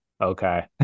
okay